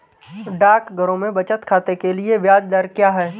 डाकघरों में बचत खाते के लिए ब्याज दर क्या है?